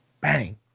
Bang